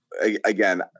again